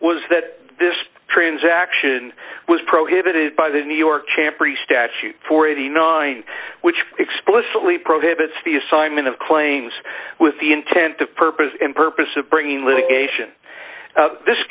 was that this transaction was prohibited by the new york champ or the statute for eighty nine which explicitly prohibits the assignment of claims with the intent of purpose and purpose of bringing litigation this